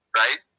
right